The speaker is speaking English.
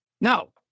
no